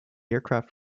aircraft